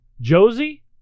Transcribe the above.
Josie